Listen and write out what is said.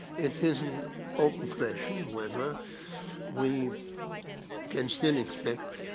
it is an open question whether we can still expect